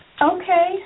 Okay